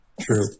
True